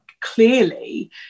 clearly